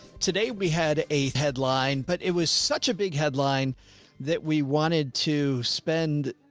today we had a headline, but it was such a big headline that we wanted to spend.